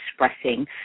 expressing